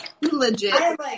legit